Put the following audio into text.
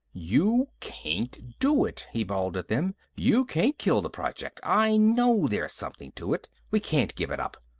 you can't do it, he bawled at them. you can't kill the project. i know there's something to it. we can't give it up!